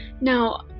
Now